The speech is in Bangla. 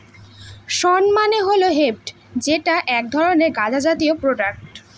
শণ মানে হল হেম্প যেটা এক ধরনের গাঁজা জাতীয় প্রোডাক্ট